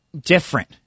different